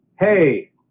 Hey